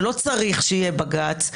שלא צריך שיהיה בג"ץ,